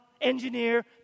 engineer